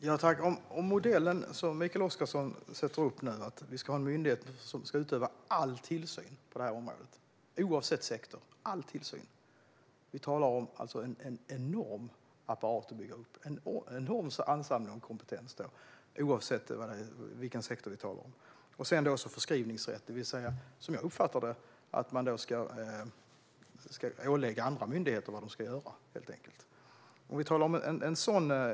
Herr talman! Den modell som Mikael Oscarsson nu sätter upp - att vi ska ha en myndighet som utövar all tillsyn på det här området oavsett sektor - innebär att en enorm apparat ska byggas upp. Det är en enorm ansamling av kompetens det handlar om. Sedan ska man ha föreskrivningsrätt, alltså, som jag uppfattar det, att man ska ålägga andra myndigheter att göra saker.